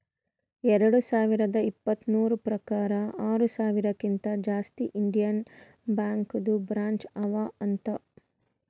ಎರಡು ಸಾವಿರದ ಇಪ್ಪತುರ್ ಪ್ರಕಾರ್ ಆರ ಸಾವಿರಕಿಂತಾ ಜಾಸ್ತಿ ಇಂಡಿಯನ್ ಬ್ಯಾಂಕ್ದು ಬ್ರ್ಯಾಂಚ್ ಅವಾ ಅಂತ್